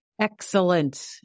Excellent